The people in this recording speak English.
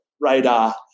radar